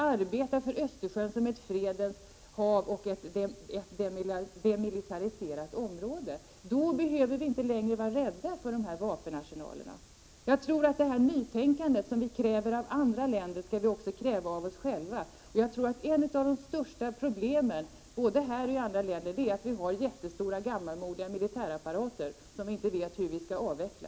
Arbeta för ett Östersjön som ett fredens hav och ett demilitariserat område! Då skulle vi inte längre behöva vara rädda för de här vapenarsenalerna. Det nytänkande som vi kräver av andra länder skall vi nog också kräva av oss själva. Ett av de största problemen både här i Sverige och i andra länder tror jag är att vi har jättestora gammalmodiga militärapparater som vi inte vet hur vi skall avveckla.